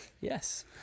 Yes